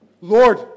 Lord